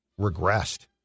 regressed